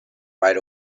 right